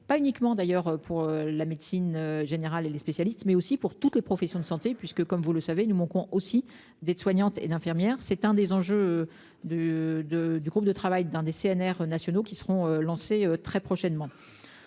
pas uniquement d'ailleurs pour la médecine générale et les spécialistes mais aussi pour toutes les professions de santé puisque comme vous le savez, nous manquons aussi d'aide-soignantes et d'infirmières, c'est un des enjeux de de du groupe de travail dans des CNR nationaux qui seront lancés très prochainement.